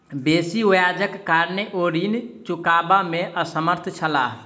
बेसी ब्याजक कारणेँ ओ ऋण चुकबअ में असमर्थ छला